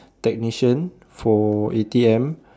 technician for A_T_M